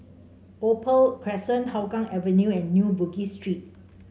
Opal Crescent Hougang Avenue and New Bugis Street